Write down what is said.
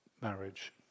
marriage